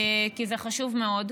כי זה חשוב מאוד.